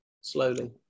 slowly